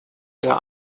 der